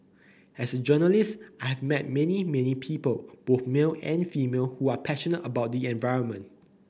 as a journalist I have met many many people both male and female who are passionate about the environment